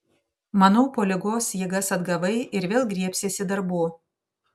manau po ligos jėgas atgavai ir vėl griebsiesi darbų